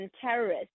terrorists